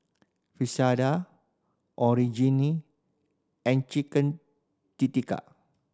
and Chicken